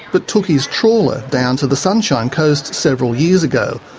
but took his trawler down to the sunshine coast several years ago,